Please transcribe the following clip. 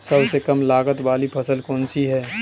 सबसे कम लागत वाली फसल कौन सी है?